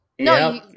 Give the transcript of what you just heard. No